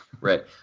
Right